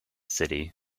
city